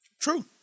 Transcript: True